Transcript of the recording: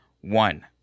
One